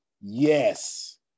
Yes